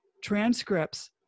transcripts